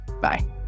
Bye